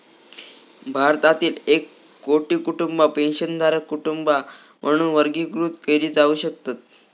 भारतातील एक कोटी कुटुंबा पेन्शनधारक कुटुंबा म्हणून वर्गीकृत केली जाऊ शकतत